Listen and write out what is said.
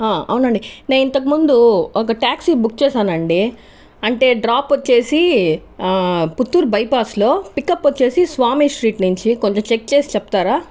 అవునండి నేను ఇంతకముందు ఒక ట్యాక్సీ బుక్ చేసానండి అంటే డ్రాప్ వచ్చేసి పుత్తూర్ బైపాస్ లో పిక్ అప్ వచ్చేసి స్వామి స్ట్రీట్ నుంచి కొంచం చెక్ చేసి చెప్తారా